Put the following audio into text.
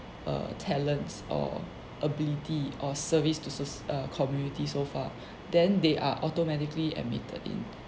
err talents or ability or service to ~soc err community so far then they are automatically admitted in